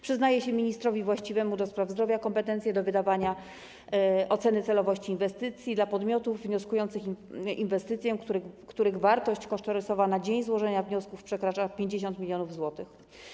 Przyznaje się ministrowi właściwemu do spraw zdrowia kompetencje do wydawania oceny celowości inwestycji dla podmiotów wnioskujących w przypadku inwestycji, których wartość kosztorysowa na dzień złożenia wniosku przekracza 50 mln zł.